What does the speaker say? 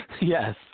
Yes